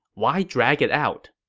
why drag it out?